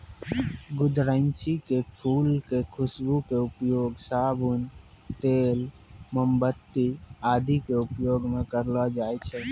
गुदरैंची के फूल के खुशबू के उपयोग साबुन, तेल, मोमबत्ती आदि के उपयोग मं करलो जाय छै